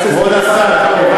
אז תסיים, משפט אחרון.